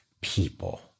people